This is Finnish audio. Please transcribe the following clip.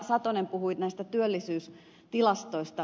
satonen puhui työllisyystilastoista